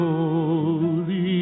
Holy